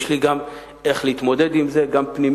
יש לי גם איך להתמודד עם זה פנימה,